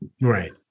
Right